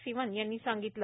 सीवन यांनी सांगितलं